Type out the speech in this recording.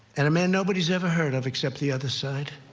and a man nobody has ever heard of except the other side,